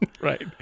Right